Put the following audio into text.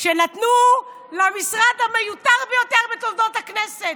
שנתנו למשרד המיותר ביותר בתולדות הכנסת.